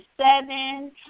seven